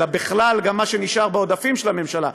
אלא גם מה שנשאר בעודפים של הממשלה,